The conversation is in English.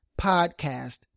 podcast